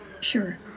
Sure